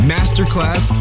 Masterclass